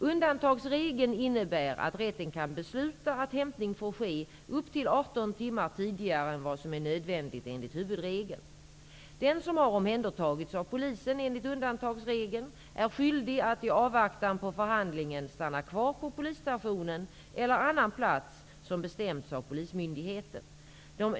Undantagsregeln innebär att rätten kan besluta att hämtning får ske upp till 18 timmar tidigare än vad som är nödvändigt enligt huvudregeln. Den som har omhändertagits av polisen enligt undantagsregeln är skyldig att i avvaktan på förhandlingen stanna kvar på polisstationen eller på annan plats som bestämts av polismyndigheten.